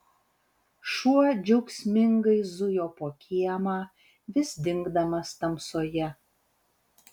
šuo džiaugsmingai zujo po kiemą vis dingdamas tamsoje